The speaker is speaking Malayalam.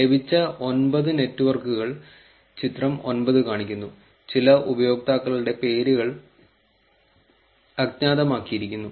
ലഭിച്ച 9 നെറ്റ്വർക്കുകൾ ചിത്രം 9 കാണിക്കുന്നു ചില ഉപയോക്താക്കളുടെ പേരുകൾ അജ്ഞാതമാക്കിയിരിക്കുന്നു